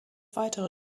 weitere